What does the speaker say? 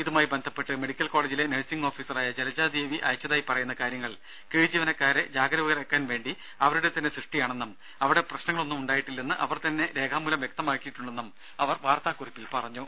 ഇതുമായി ബന്ധപ്പെട്ട് മെഡിക്കൽ കോളജിലെ നഴ്സിംഗ് ഓഫീസറായ ജലജാദേവി അയച്ചതായി പറയുന്ന കാര്യങ്ങൾ കീഴ്ജീവനക്കാരെ ജാഗരൂഗരാക്കാൻ വേണ്ടി അവരുടെതന്നെ സൃഷ്ടി ആണെന്നും അവിടെ പ്രശ്നങ്ങൾ ഒന്നും ഉണ്ടായിട്ടില്ലെന്ന് അവർതന്നെ രേഖാമൂലം വ്യക്തമാക്കിയിട്ടുണ്ടെന്നും വാർത്താ കുറിപ്പിൽ പറഞ്ഞു